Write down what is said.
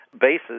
bases